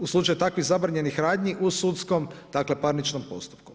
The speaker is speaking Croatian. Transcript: u slučaju takvih zabranjenih radnji u sudskom, dakle parničnom postupku.